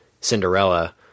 Cinderella